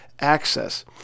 access